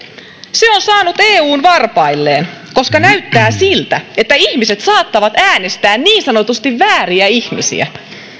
se on saanut eun varpailleen koska näyttää siltä että ihmiset saattavat äänestää niin sanotusti vääriä ihmisiä